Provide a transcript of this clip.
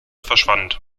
verschwand